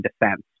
defense